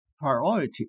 priority